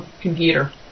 computer